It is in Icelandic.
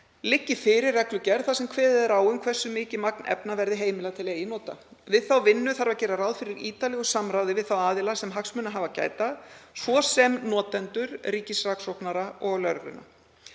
liggi fyrir reglugerð þar sem kveðið er á um hversu mikið magn efna verði heimilað til eigin nota. Við þá vinnu þarf að gera ráð fyrir ítarlegu samráði við þá aðila sem hagsmuna hafa að gæta, svo sem notendur, ríkissaksóknara og lögregluna.